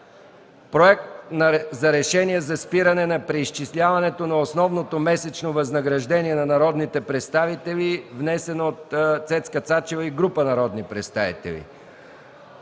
Проект за решение за спиране на преизчисляването на основното месечно възнаграждение на народните представители, внесен от Цецка Цачева и група народни представители.